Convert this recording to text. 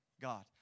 God